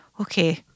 Okay